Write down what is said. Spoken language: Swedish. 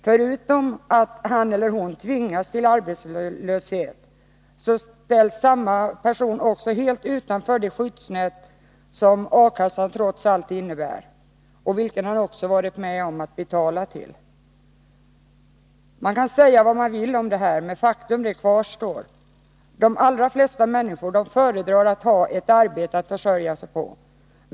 Förutom att han eller hon tvingas till arbetslöshet ställs samma person också helt utanför det skyddsnät som A-kassan trots allt innebär och som han också har varit med att betala till. Man kan säga vad man vill om detta, men faktum kvarstår: De allra flesta människor föredrar att ha ett arbete att försörja sig på.